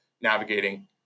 navigating